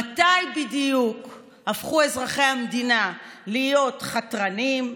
מתי בדיוק הפכו אזרחי המדינה להיות חתרניים,